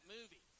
movie